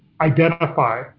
identify